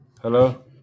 Hello